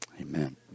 amen